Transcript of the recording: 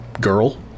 girl